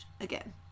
again